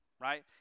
right